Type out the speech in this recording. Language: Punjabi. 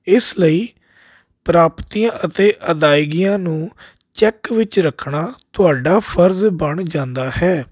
ਇਸ ਲਈ ਪ੍ਰਾਪਤੀਆਂ ਅਤੇ ਅਦਾਇਗੀਆਂ ਨੂੰ ਚੈੱਕ ਵਿੱਚ ਰੱਖਣਾ ਤੁਹਾਡਾ ਫਰਜ਼ ਬਣ ਜਾਂਦਾ ਹੈ